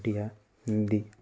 Odia Hindi